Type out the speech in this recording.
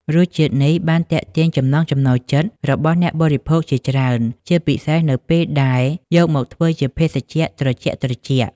រសជាតិនេះបានទាក់ទាញចំណង់ចំណូលចិត្តរបស់អ្នកបរិភោគជាច្រើន ជាពិសេសនៅពេលដែលយកមកធ្វើជាភេសជ្ជៈត្រជាក់ៗ។